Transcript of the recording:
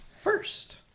first